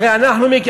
הרי אנחנו מכירים,